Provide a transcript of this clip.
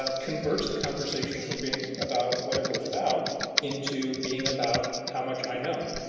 ah converts the conversation from being about whatever was about into being about how much i know